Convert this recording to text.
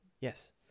Yes